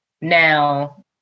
now